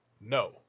No